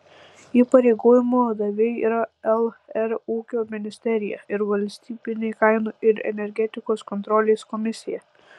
įpareigojimų davėjai yra lr ūkio ministerija ir valstybinė kainų ir energetikos kontrolės komisija